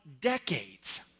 decades